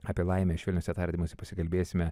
apie laimę švelniuose tardymuose pasikalbėsime